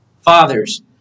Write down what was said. Fathers